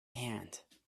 hand